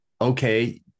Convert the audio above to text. okay